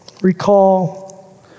Recall